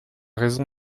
raison